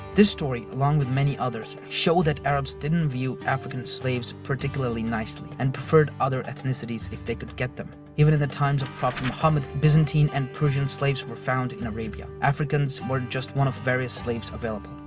this story along with many others, show that the arabs didn't view african slaves particularly nicely and preferred other ethnicities if they could get them. even in the times of prophet muhammad, byzantine and persian slaves were found in arabia. africans were just one of various slaves available.